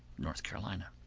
north carolina.